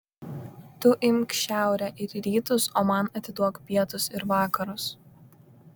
tu imk šiaurę ir rytus o man atiduok pietus ir vakarus